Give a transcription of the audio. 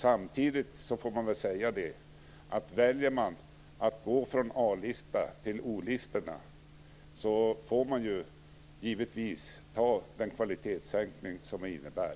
Samtidigt skall man säga att om man väljer att gå från A-lista till O-listorna får man givetvis ta den kvalitetssänkning som det innebär.